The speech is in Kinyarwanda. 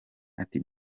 ati